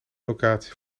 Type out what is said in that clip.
locatie